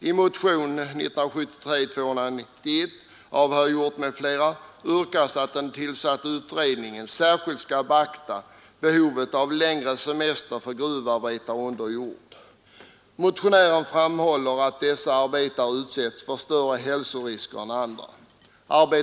gruvindustriarbetareförbundet har föreslagit längre semester för gruv Nr 57 arbetare som utsätts för strålning.